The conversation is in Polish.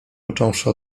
począwszy